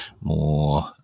more